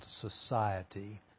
Society